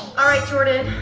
alright jordan,